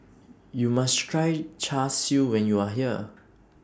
YOU must Try Char Siu when YOU Are here